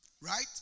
Right